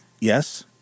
yes